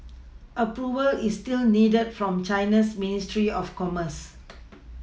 Approval is still needed from China's ministry of commerce